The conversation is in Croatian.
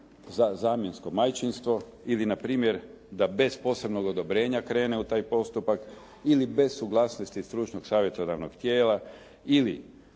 zamjensko majčinstvo, ili na primjer da bez posebnog odobrenja krene u taj postupak ili bez suglasnosti stručnog savjetodavnog tijela, ili